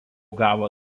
gavo